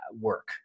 work